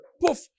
poof